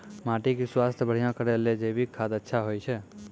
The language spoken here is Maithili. माटी के स्वास्थ्य बढ़िया करै ले जैविक खाद अच्छा होय छै?